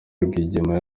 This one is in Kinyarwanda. rwigema